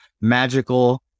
magical